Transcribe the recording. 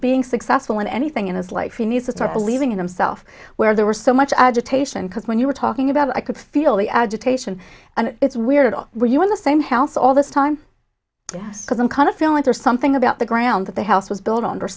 being successful in anything in his life he needs to start believing in himself where there were so much agitation because when you were talking about i could feel the agitation and it's weird were you in the same house all this time yes because i'm kind of feelings or something about the ground that they house was built